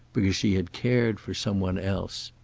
because she had cared for some one else.